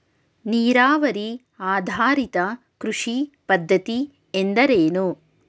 ನೀರಾವರಿ ಆಧಾರಿತ ಕೃಷಿ ಪದ್ಧತಿ ಎಂದರೇನು?